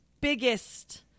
biggest